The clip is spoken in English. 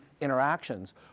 interactions